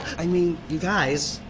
i mean, you guys.